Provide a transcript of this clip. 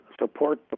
support